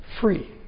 free